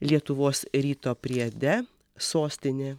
lietuvos ryto priede sostinė